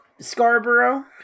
Scarborough